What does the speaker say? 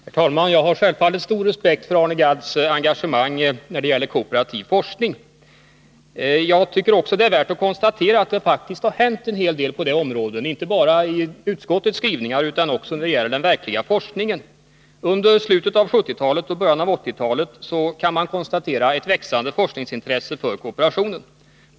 Herr talman! Jag har självfallet stor respekt för Arne Gadds engagemang när det gäller kooperativ forskning. Jag tycker också att det är värt att konstatera att det faktiskt har hänt en hel del på det här området, inte bara i utskottsskrivningar utan också när det gäller den verkliga forskningen. Under slutet av 1970-talet och början av 1980-talet har man kunnat märka ett växande intresse för forskning om kooperationen.